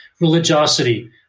religiosity